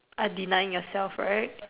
I deny yourself right